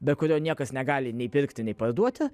be kurio niekas negali nei pirkti nei parduoti